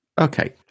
Okay